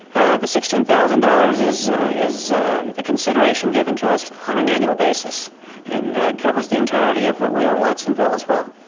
the sixteen thousand dollars is is the consideration given to us on an annual basis and that covers the entirety of what we owe watsonville as well.